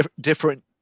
different